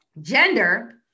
gender